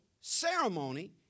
ceremony